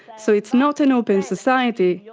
so it's not an open society,